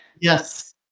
Yes